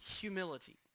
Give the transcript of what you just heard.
humility